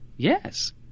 Yes